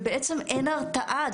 אז בעצם אין הרתעה.